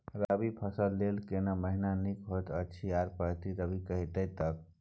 रबी फसल के लेल केना महीना नीक होयत अछि आर पछाति रबी कहिया तक?